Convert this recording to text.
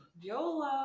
YOLO